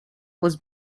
was